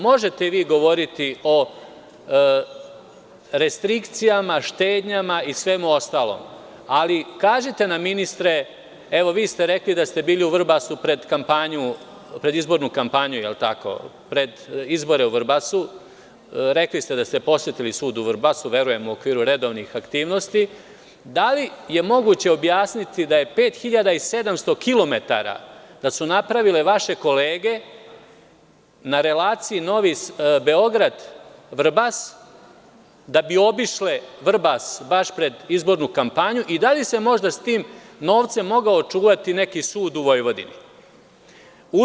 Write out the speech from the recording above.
Možete vi govoriti o restrikcijama, štednjama i svemu ostalom, ali kažite nam ministre, evo vi ste rekli da ste bili u Vrbasu pred izbornu kampanju, da li je tako, pred izbore u Vrbasu, rekli ste da ste posetili sud u Vrbasu, verujem u okviru redovnih aktivnosti, da li je moguće objasniti da su 5700 kilometara napravile vaše kolege na relaciji Beograd – Vrbas, da bi obišle Vrbas baš pred izbornu kampanju i da li se možda sa tim novcem mogao čuvati neki sud u Vojvodini?